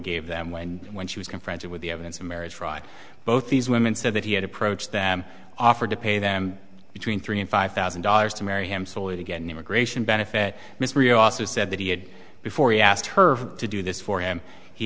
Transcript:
gave them land when she was confronted with the evidence of marriage fraud both these women said that he had approached them offered to pay them between three and five thousand dollars to marry him solely to get an immigration benefit mr you also said that he had before he asked her to do this for him he